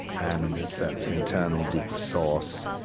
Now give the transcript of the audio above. and it's that internal, deeper source.